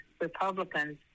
Republicans